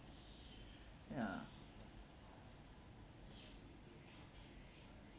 ya